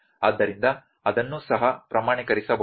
ಆದ್ದರಿಂದ ಅದನ್ನೂ ಸಹ ಪ್ರಮಾಣೀಕರಿಸಬಹುದು